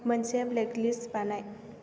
मोनसे blank list बानाय